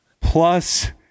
plus